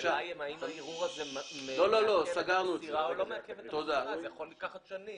זה יכול לקחת שנים.